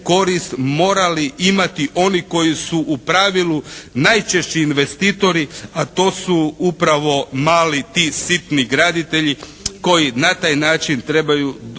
morali imati oni koji su u pravilu najčešći investitori, a to su upravo mali ti sitni graditelji koji na taj način trebaju doći